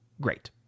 great